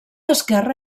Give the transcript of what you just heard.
esquerra